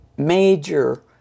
major